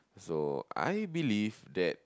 so I believe that